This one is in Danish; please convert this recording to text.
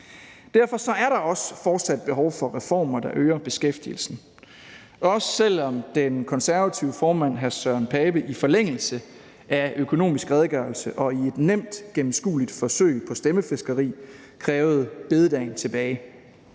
Derfor er der også fortsat behov for reformer, der øger beskæftigelsen – også selv om den konservative formand, hr. Søren Pape Poulsen, i forlængelse af Økonomisk Redegørelse og i et nemt gennemskueligt forsøg på stemmefiskeri krævede bededagen tilbage.